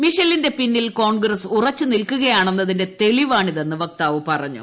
മിഷേലിന്റെ പിന്നിൽ കോൺഗ്രസ് ഉറച്ചു നിൽക്കുകയാണെന്നതിന്റെ തെളിവാണിതെന്ന് വക്താവ് പറഞ്ഞു